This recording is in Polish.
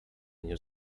niż